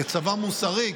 זה צבא מוסרי,